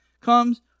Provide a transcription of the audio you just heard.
comes